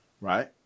right